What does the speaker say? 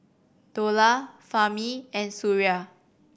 Dollah Fahmi and Suria